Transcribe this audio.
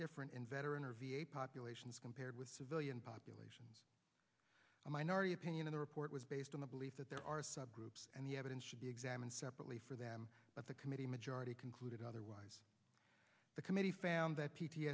different in veteran or v a populations compared with civilian population a minority opinion in the report was based on the belief that there are subgroups and the evidence should be examined separately for them but the committee majority concluded otherwise the committee found that p t